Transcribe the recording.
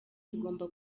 zigomba